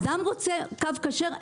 אדם שרוצה קו כשר,